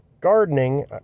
gardening